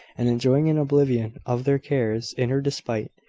and enjoying an oblivion of their cares in her despite.